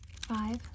five